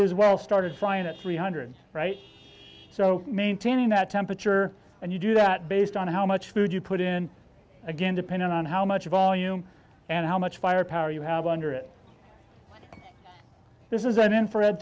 as well started flying at three hundred right so maintaining that temperature and you do that based on how much food you put in again depending on how much of volume and how much firepower you have under it this is an infrared